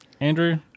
Andrew